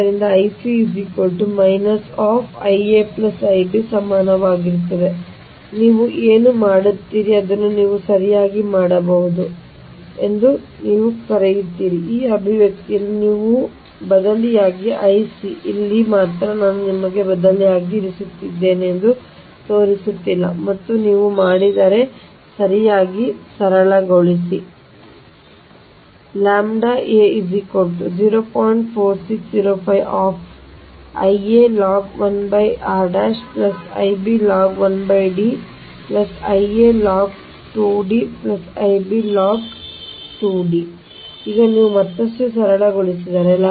ಆದ್ದರಿಂದ ಸಮಾನವಾಗಿರುತ್ತದೆ ಆದ್ದರಿಂದ ನೀವು ಏನು ಮಾಡುತ್ತೀರಿ ಅದನ್ನು ನೀವು ಸರಿಯಾಗಿ ಮಾಡಬಹುದು ಇದರಿಂದ ಎಂದು ನೀವು ಕರೆಯುತ್ತೀರಿ ಈ ಅಭಿವ್ಯಕ್ತಿಯಲ್ಲಿ ನೀವು ಬದಲಿಯಾಗಿ Ic ಇಲ್ಲಿ ಮಾತ್ರ ನಾನು ನಿಮಗೆ ಬದಲಿಯಾಗಿ ಇರಿಸುತ್ತಿದ್ದೇನೆ ಎಂದು ತೋರಿಸುತ್ತಿಲ್ಲ ಮತ್ತು ನೀವು ಮಾಡಿದರೆ ಸರಿಯಾಗಿ ಸರಳಗೊಳಿಸಿ ಈಗ ನೀವು ಮತ್ತಷ್ಟು ಸರಳಗೊಳಿಸಿದರೆ